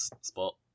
spot